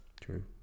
True